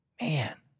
Man